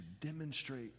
demonstrate